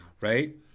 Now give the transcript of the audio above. Right